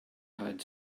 had